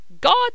God